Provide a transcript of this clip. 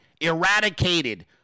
eradicated